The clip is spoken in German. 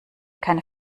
keine